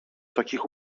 takich